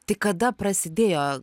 tai kada prasidėjo